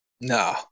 No